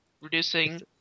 reducing